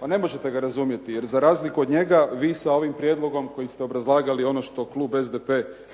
Pa ne možete ga razumjeti, jer za razliku od njega vi sa ovim prijedlogom kojim ste obrazlagali ono što klub SDP